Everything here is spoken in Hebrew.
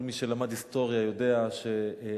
כל מי שלמד היסטוריה יודע שהדרכים